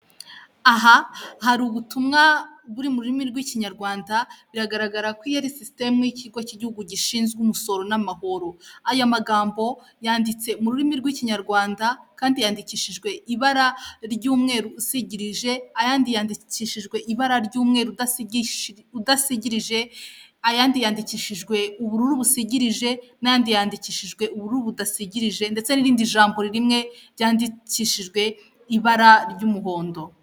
Aha hari ubutumwa buri mu rurimi rw'ikinyarwanda, biragaragara ko iyi ari sisitemu y'ikigo cy'igihugu gishinzwe umusoro n'amahoro. Aya magambo yanditse mu rurimi rw'ikinyarwanda kandi yandikishijwe ibara ry'umweru usigigirije, ayandi yandikishijwe ibara ry'umweru udasigije, ayandi yandikishijwe ubururu busigirije n'ayandi yandikishijwe ubururu budasigije, ndetse n'irindi jambo rimwe ryandikishijwe ibara ry'umuhondo.